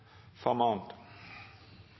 far